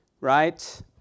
right